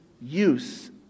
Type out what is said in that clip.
use